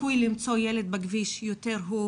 הסיכוי למצוא ילד בכביש יותר גדול